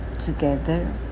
together